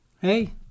Hey